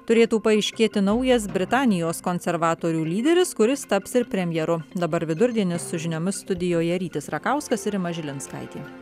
turėtų paaiškėti naujas britanijos konservatorių lyderis kuris taps ir premjeru dabar vidurdienis su žiniomis studijoje rytis rakauskas ir rima žilinskaitė